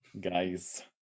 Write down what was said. guys